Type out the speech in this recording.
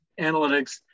analytics